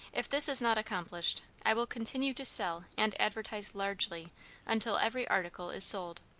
if this is not accomplished, i will continue to sell and advertise largely until every article is sold.